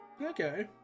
Okay